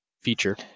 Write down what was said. feature